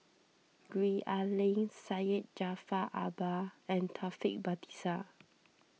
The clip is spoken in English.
Gwee Ah Leng Syed Jaafar Albar and Taufik Batisah